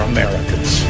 Americans